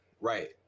Right